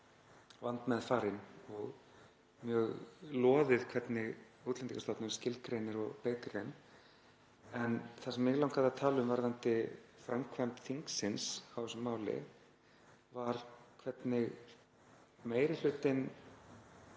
vandmeðfarin og mjög loðið hvernig Útlendingastofnun skilgreinir og beitir þeim. En það sem mig langaði að tala um, varðandi framkvæmd þingsins á þessu máli, var hvernig meiri hlutinn